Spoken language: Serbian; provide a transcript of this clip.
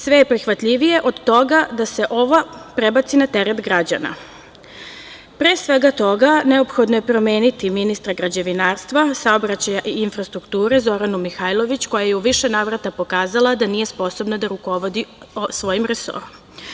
Sve je prihvatljivije od toga da se ovo prebaci na teret građana, a pre svega toga neophodno je promeniti ministra građevinarstva, saobraćaja i infrastrukture Zoranu Mihajlović, koja je u više navrata pokazala da nije sposobna da rukovodi svojim resorom.